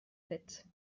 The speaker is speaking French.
faite